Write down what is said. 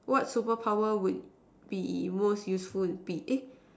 what superpower would be most useful it be eh